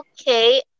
okay